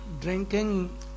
drinking